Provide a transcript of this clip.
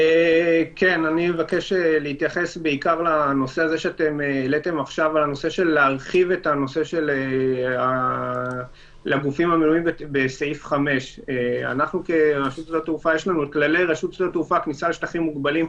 אני מבקש להתייחס בעיקר לנושא של ההרחבה לגבי הגופים המנויים בסעיף 5. לרשות שדות התעופה יש את כללי רשות שדות התעופה (כניסה לשטחים מוגבלים),